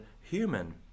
human